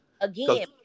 Again